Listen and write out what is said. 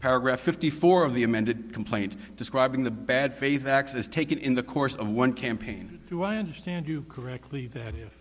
paragraph fifty four of the amended complaint describing the bad faith acts as taken in the course of one campaign do i understand you correctly that i